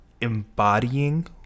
embodying